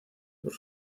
por